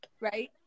Right